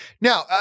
Now